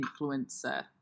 influencer